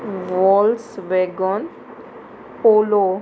walls Wagen polo